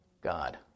God